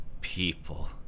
people